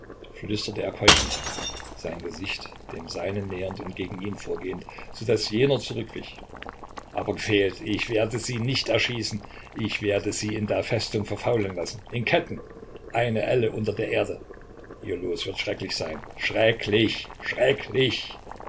flüsterte er keuchend sein gesicht dem seinen nähernd und gegen ihn vorgehend so daß jener zurückwich aber gefehlt ich werde sie nicht erschießen ich werde sie in der festung verfaulen lassen in ketten eine elle unter der erde ihr los wird schrecklich sein schrecklich schrecklich